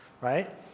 right